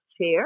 chair